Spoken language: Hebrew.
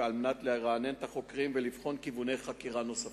ועל-מנת לרענן את החוקרים ולבחון כיווני חקירה נוספים.